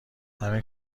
همین